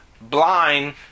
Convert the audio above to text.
blind